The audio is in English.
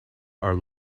are